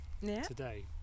today